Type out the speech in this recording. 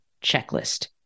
checklist